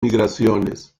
migraciones